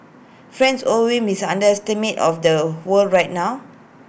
friends overwhelmed miss understatement of the whole right now